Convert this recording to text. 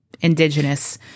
indigenous